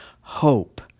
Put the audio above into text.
hope